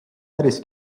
päris